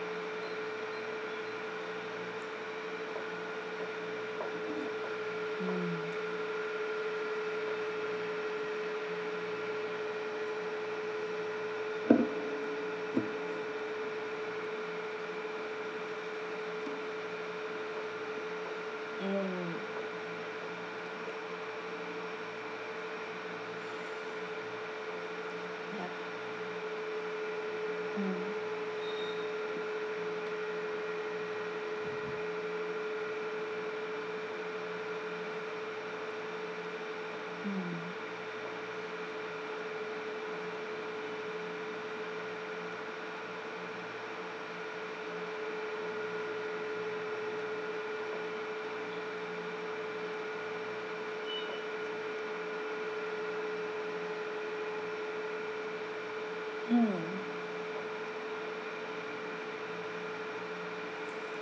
mm mm ya mm mm mm